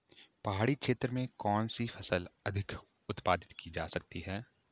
पहाड़ी क्षेत्र में कौन सी फसल अधिक उत्पादित की जा सकती है?